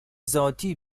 ذاتی